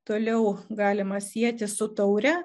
toliau galima sieti su taure